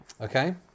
Okay